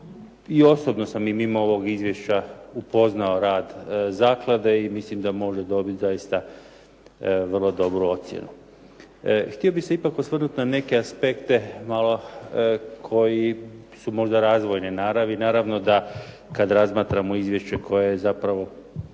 I osobno sam i mimo ovog izvješća upoznao rad zaklade i mislim da može dobit zaista vrlo dobru ocjenu. Htio bih se ipak osvrnuti na neke aspekte malo koji su možda razvojne naravi. Naravno da, kad razmatramo izvješće koje je zapravo